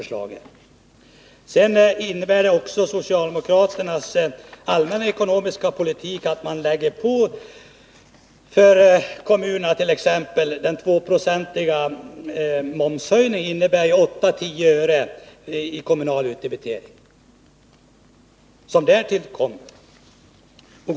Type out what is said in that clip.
Därtill kommer, genom socialdemokraternas allmänna ekonomiska politik, att kommunerna genom den 2-procentiga momshöjningen får ytterligare 810 öre i kommunal utdebitering.